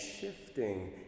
shifting